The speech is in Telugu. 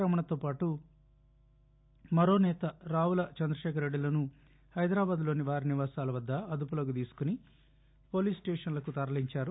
రమణతో పాటు మరో నేత రావుల చంద్రశేఖర్ రెడ్డి లను హైదరాబాదులోని వారి నివాసాల వద్ద అదుపులోకి తీసుకుని పోలీసు స్టేషన్లకు తరలించారు